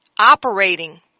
operating